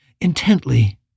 intently